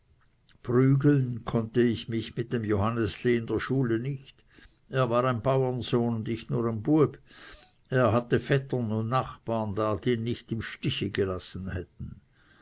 prügeln konnte ich mich mit dem johannesli in der schule nicht er war ein bauernsohn und ich nur e bueb er hatte vettern und nachbarn da die ihn nicht im stich gelassen hätten